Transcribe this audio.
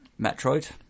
metroid